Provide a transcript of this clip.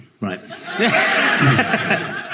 Right